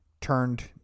turned